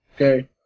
Okay